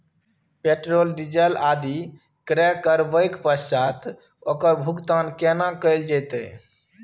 Petrol, diesel आदि क्रय करबैक पश्चात ओकर भुगतान केना कैल जेतै?